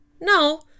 no